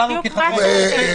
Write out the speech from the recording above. זה בדיוק מה שאתם.